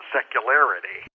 Secularity